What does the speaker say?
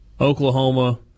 Oklahoma